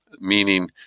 Meaning